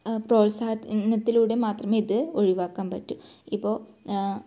പ്രോത്സാഹനത്തിലൂടെ മാത്രമേ ഇത് ഒഴിവാക്കാൻ പറ്റൂ ഇപ്പോൾ